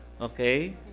Okay